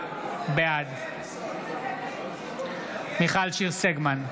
בעד מיכל שיר סגמן,